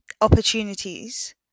opportunities